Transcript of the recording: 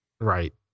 right